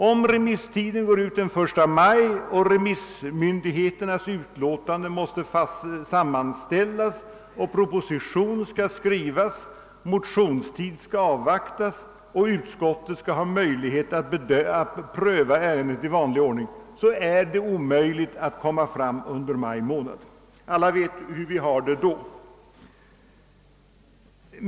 Om remisstiden går ut den 1 maj och remissmyndigheternas utlåtanden måste sammanställas och proposition skall skrivas, motionstid skall avvaktas och utskottet få tillfälle att pröva ärendet i vanlig ordning, så är det omöjligt att bli färdig under maj månad — alla vet hur vi har det då!